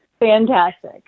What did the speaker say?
Fantastic